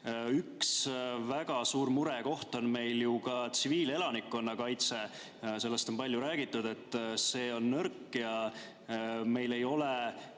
Üks väga suur murekoht on meil ju ka tsiviilelanikkonna kaitse. Sellest on palju räägitud, et see on nõrk ja tsiviilelanikel